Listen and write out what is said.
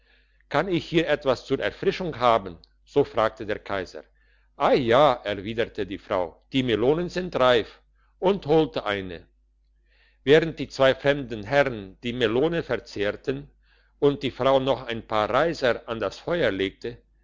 kann ich hier etwas zur erfrischung haben so fragte der kaiser ei ja erwiderte die frau die melonen sind reif und holte eine während die zwei fremden herren die melone verzehrten und die frau noch ein paar reiser an das feuer legte